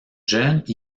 jeunes